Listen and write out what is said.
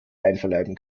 einverleiben